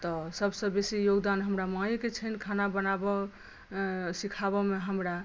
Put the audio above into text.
तऽ सभसँ बेसी योगदान हमरा माँएके छनि खाना बनाबय सिखाबयमे हमरा